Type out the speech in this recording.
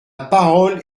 parole